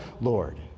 Lord